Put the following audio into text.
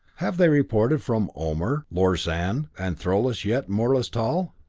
have they reported from ohmur, lorsand, and throlus, yet, morlus tal?